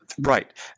Right